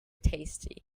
tasty